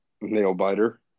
nail-biter